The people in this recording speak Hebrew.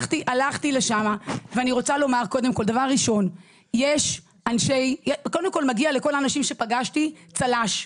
קודם כל, לכל האנשים שפגשתי מגיע צל"ש.